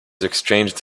exchanged